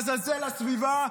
לעזאזל הסביבה.